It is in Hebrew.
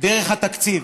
דרך התקציב.